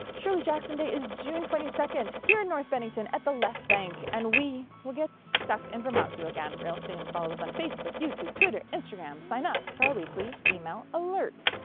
shirley jackson day is june twenty second, here in north bennington at the left bank and we will get stuck in vermont with you again real soon. follow us on facebook, youtube, twitter, instagram, sign up for our weekly email alerts.